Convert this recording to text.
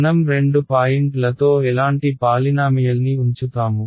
మనం రెండు పాయింట్లతో ఎలాంటి పాలినామియల్ని ఉంచుతాము